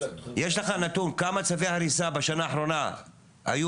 יש לך נתון כמה צווי הריסה קיבלתם והיו בשנה האחרונה בכסרא?